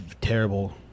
terrible